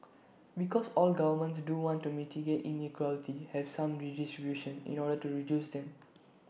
because all governments do want to mitigate inequality have some redistribution in order to reduce them